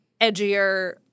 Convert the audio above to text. edgier